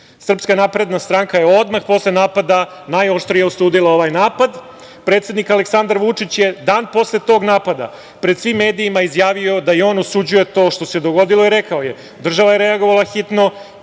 napredna stranka je odmah posle napada najoštrije osudila ovaj napad. Predsednik Aleksandar Vučić je dan posle tog napada pred svim medijima izjavio da i on osuđuje to što se dogodilo i rekao je – država je reagovala hitno,